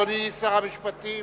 אדוני שר המשפטים